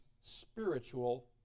spiritual